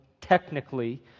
technically